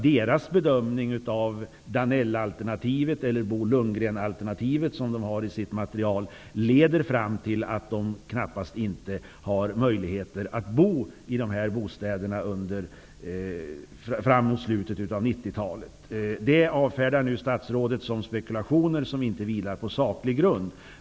Deras bedömning av Danellalternativet eller Bo Lundgrenalternativet som de har i sitt material leder fram till slutsatsen att de knappast inte har möjligheter att bo i dessa bostäder fram emot slutet av 90-talet. Det avfärdar nu statsrådet som spekulationer som inte vilar på saklig grund.